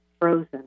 frozen